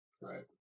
Right